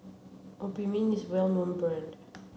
Obimin is well known brand